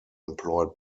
employed